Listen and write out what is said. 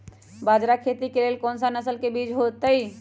बाजरा खेती के लेल कोन सा नसल के बीज सही होतइ?